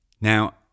Now